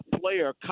player